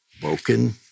broken